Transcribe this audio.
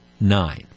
nine